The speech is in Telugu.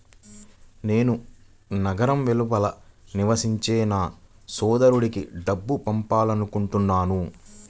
నేను నగరం వెలుపల నివసించే నా సోదరుడికి డబ్బు పంపాలనుకుంటున్నాను